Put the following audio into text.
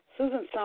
Susan